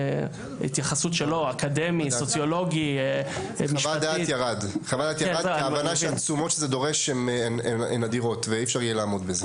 זה צריך להיות דבר שיכול לעבור מבחינה חוקית וככל שהקריטריון הוא ישר,